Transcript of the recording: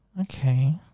Okay